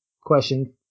question